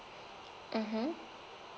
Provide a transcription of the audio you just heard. mmhmm